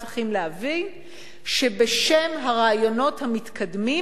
צריכים להבין שבשם הרעיונות המתקדמים